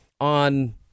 on